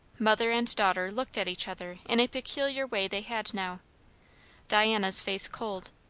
mother and daughter looked at each other in a peculiar way they had now diana's face cold,